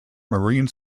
marine